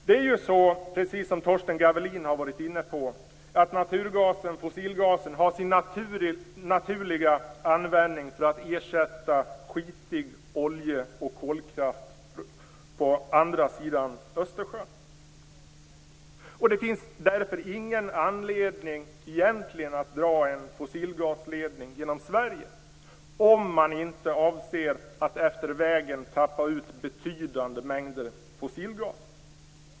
Det är ju så, precis som Torsten Gavelin har varit inne på, att fossilgasen har sin naturliga användning för att ersätta skitig olje och kolkraft på andra sidan Östersjön. Det finns därför egentligen ingen anledning att dra en fossilgasledning genom Sverige, om man inte avser att efter vägen tappa ut betydande mängder fossilgas.